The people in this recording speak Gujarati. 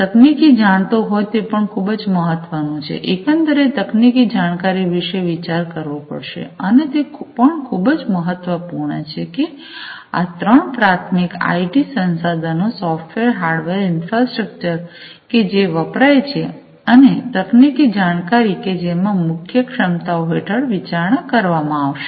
તકનીકી જાણતો હોય તે પણ ખૂબ મહત્વનું છે એકંદરે તકનિકી જાણકારી વિશે વિચાર કરવો પડશે અને તે પણ ખૂબ જ મહત્વપૂર્ણ છે કે આ ત્રણ પ્રાથમિક આઇટી સંસાધનો સૉફ્ટવેરહાર્ડવેર ઇન્ફ્રાસ્ટ્રક્ચર કે જે વપરાય છે અને તકનિકી જાણકારી કે જેમાં મુખ્ય ક્ષમતાઓ હેઠળ વિચારણા કરવામાં આવશે